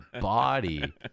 body